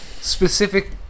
specific